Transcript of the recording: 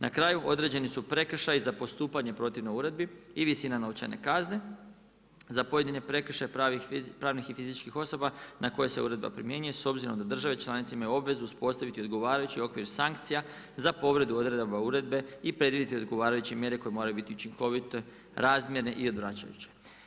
Na kraju, određeni su prekršaji za postupanje protivno uredbi i visina novčane kazne za pojedine prekršaje pravnih i fizičkih osoba na koje se uredba primjenjuje s obzirom da države članice imaju obvezu uspostaviti odgovarajući okvir sankcija za povredu odredaba uredbe i predvidjeti odgovarajuće mjere koje moraju biti učinkovite, razmjerne i odvraćajuće.